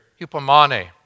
hypomane